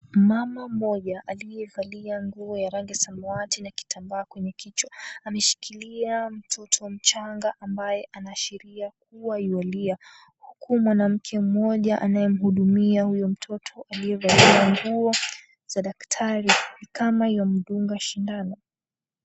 Mama mmoja aliyevalia nguo ya rangi ya samawati na kitambaa kwenye kichwa ameshikilia mtoto mchanga ambaye anaashiria kuwa yualia, huku mwanamke mmoja anayemhudumia huyo mtoto aliyevalia nguo za daktari kama yuamdunga sindano.